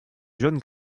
john